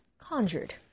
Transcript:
Conjured